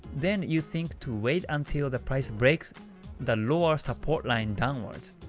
then you think to wait until the price breaks the lower support line downwards,